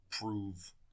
prove